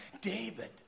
David